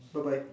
bye bye